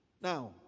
now